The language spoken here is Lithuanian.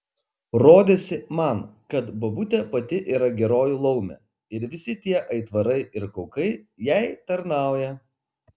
rodėsi man kad bobutė pati yra geroji laumė ir visi tie aitvarai ir kaukai jai tarnauja